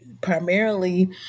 Primarily